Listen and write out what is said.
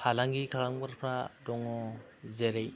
फालांगि खालामग्राफोरा दंङ जेरै